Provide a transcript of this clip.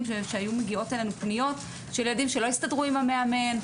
שהיו מגיעות אלינו פניות של ילדים שלא הסתדרו עם המאמן,